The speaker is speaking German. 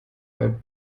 bei